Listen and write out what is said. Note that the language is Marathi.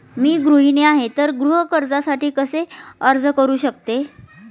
मी गृहिणी आहे तर गृह कर्जासाठी कसे अर्ज करू शकते?